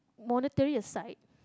monetary aside